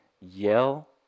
yell